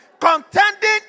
Contending